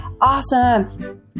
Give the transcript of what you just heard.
awesome